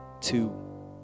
Two